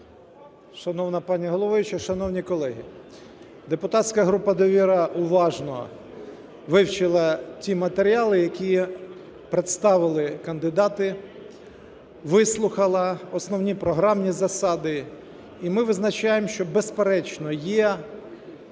Шановна пані головуюча, шановні колеги, депутатська група "Довіра" уважно вивчила ті матеріали, які представили кандидати, вислухала основні програмні засади. І ми визначаємо, що, безперечно, є серед кандидатів